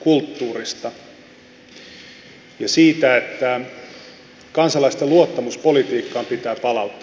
kulttuurista ja siitä että kansalaisten luottamus politiikkaan pitää palauttaa